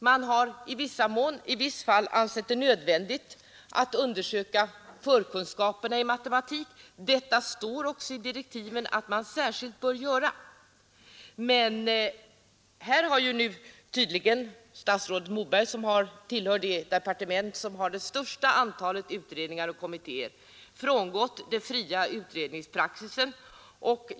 Man har i viss mån ansett det nödvändigt att undersöka förkunskaperna i matematik, och det sägs också i direktiven att man särskilt bör göra detta. Statsrådet Moberg som står i spetsen för det departement som har det största antalet utredningar och kommittéer har här frångått den fria utredningspraxisen.